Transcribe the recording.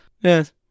Yes